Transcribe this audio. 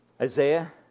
Isaiah